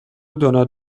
دونات